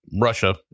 Russia